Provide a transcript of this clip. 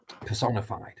personified